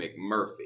McMurphy